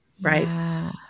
Right